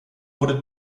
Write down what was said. wurde